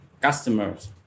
customers